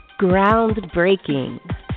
Groundbreaking